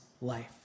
life